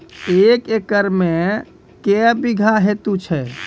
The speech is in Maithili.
एक एकरऽ मे के बीघा हेतु छै?